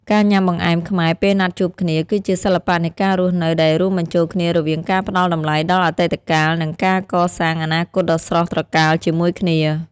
ការញ៉ាំបង្អែមខ្មែរពេលណាត់ជួបគ្នា គឺជាសិល្បៈនៃការរស់នៅដែលរួមបញ្ចូលគ្នារវាងការផ្តល់តម្លៃដល់អតីតកាល និងការសាងអនាគតដ៏ស្រស់ត្រកាលជាមួយគ្នា។